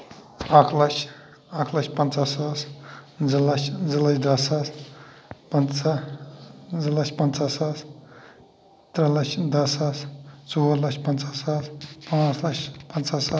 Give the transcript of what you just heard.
اکھ لَچھ اکھ لَچھ پنٛژاہ ساس زٕ لَچھ زٕ لَچھ دہ ساس پَنژاہ زٕ لَچھ پَنژاہ ساس ترے لَچھ دہ ساس ژور لَچھ پَنژاہ ساس پانٛژھ لَچھ پَنژاہ سا